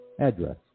address